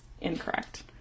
Incorrect